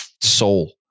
soul